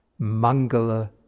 Mangala